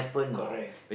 correct